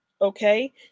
Okay